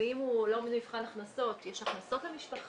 ואם הוא לא עומד במבחן הכנסות יש הכנסות למשפחה,